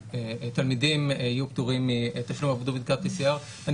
שתלמידים יהיו פטורים מתשלום עבור בדיקת PCR אני